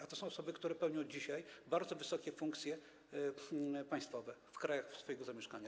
A to są osoby, które pełnią dzisiaj bardzo wysokie funkcje państwowe w krajach swojego zamieszkania.